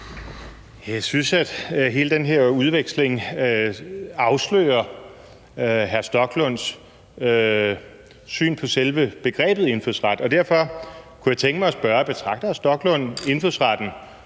Jeg synes, at hele den her udveksling afslører hr. Rasmus Stoklunds syn på selve begrebet indfødsret, og derfor kunne jeg tænke mig at spørge: Betragter hr. Rasmus Stoklund indfødsretten